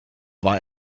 war